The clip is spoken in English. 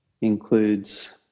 includes